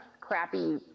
crappy